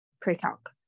pre-calc